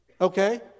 Okay